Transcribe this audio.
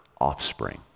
offspring